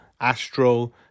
Astro